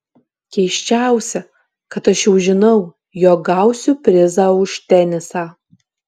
keisčiausia kad aš jau žinau jog gausiu prizą už tenisą